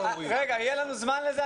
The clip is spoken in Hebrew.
יהיה לנו זמן לזה,